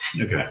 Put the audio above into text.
Okay